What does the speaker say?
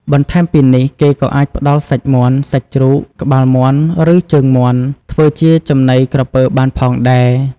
បន្ថែមពីនេះ គេក៏អាចផ្តល់សាច់មាន់ សាច់ជ្រូក ក្បាលមាន់ ឬជើងមាន់ ធ្វើជាចំណីក្រពើបានផងដែរ។